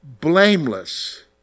blameless